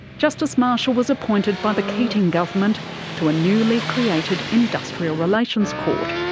justice marshall was appointed by the keating government to a newly created industrial relations court.